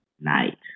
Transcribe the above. night